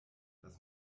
das